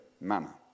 manner